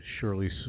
surely